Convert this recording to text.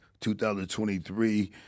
2023